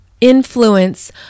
influence